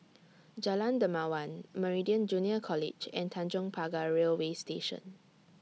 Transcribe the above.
Jalan Dermawan Meridian Junior College and Tanjong Pagar Railway Station